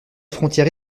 frontière